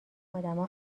ادما